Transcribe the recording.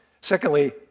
Secondly